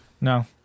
no